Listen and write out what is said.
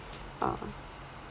uh